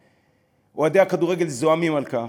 אוהדי הכדורגל זועמים על כך,